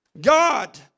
God